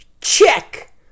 check